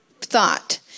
thought